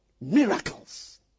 Miracles